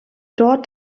dort